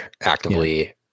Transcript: actively